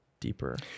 deeper